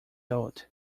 old